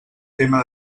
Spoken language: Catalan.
tema